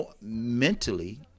Mentally